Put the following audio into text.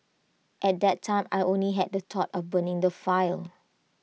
at that time I only had the thought of burning the file